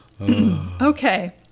Okay